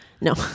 No